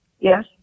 Yes